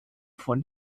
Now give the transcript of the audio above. von